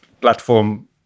platform